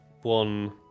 one